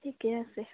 ঠিকে আছে